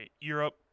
Europe